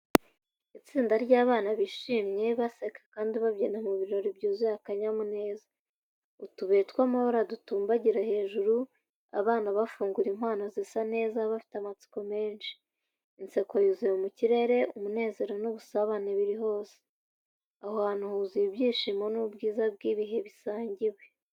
Itsinda ry’abana bishimye baraseka, kandi babyina mu birori byuzuye akanyamuneza. Utubuye tw’amabara dutumbagira hejuru, abana bafungura impano zisa neza bafite amatsiko menshi. Inseko yuzuye mu kirere, umunezero n’ubusabane biri hose. Aho hantu huzuye ibyishimo n’ubwiza bw’ibihe bisangiwe.